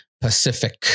pacific